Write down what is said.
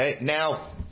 Now